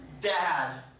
dad